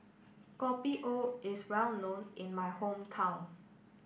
Kopi O is well known in my hometown